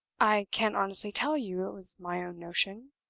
i can't honestly tell you it was my own notion,